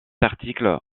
article